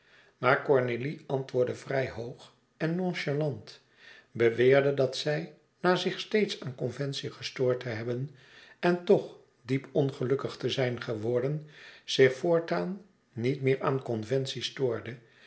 maar cornélie antwoordde vrij hoog en nonchalant beweerde dat zij na zich steeds aan conventie gestoord te hebben en toch diep ongelukkig te zijn geworden zich voortaan niet meer aan conventie stoorde